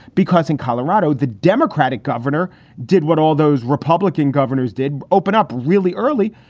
because in colorado, the democratic governor did what all those republican governors did, open up really early.